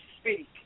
speak